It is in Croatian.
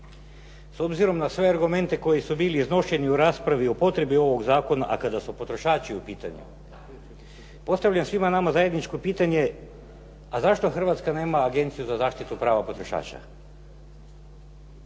S obzirom na sve argumente koji su bili iznošeni u raspravi o potrebi ovog zakona, a kada su potrošači u pitanju, postavljam svima nama zajedničko pitanje a zašto Hrvatska nema agenciju za zaštitu prava potrošača?